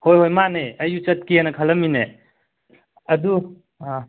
ꯍꯣꯏ ꯍꯣꯏ ꯃꯥꯅꯦ ꯑꯩꯁꯨ ꯆꯠꯀꯦꯅ ꯈꯜꯂꯝꯃꯤꯅꯦ ꯑꯗꯨ